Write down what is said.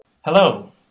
Hello